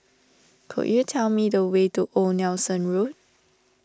could you tell me the way to Old Nelson Road